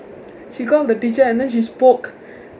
she call the teacher and then she spoke